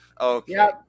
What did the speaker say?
okay